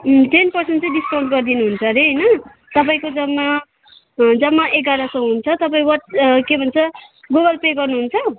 उम् ten percent चाहिँ discount गरिदिनुहुन्छ अरे होइन तपाईँको जम्मा एघार सय हुन्छ तपाईँ के भन्छ गुगल पे गर्नुहुन्छ